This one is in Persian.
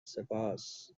سپاس